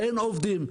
אין עובדים.